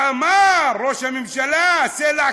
שאמר ראש הממשלה "סלע קיומנו"?